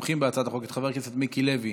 את חבר הכנסת מיקי לוי,